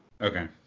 Okay